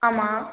ஆமாம்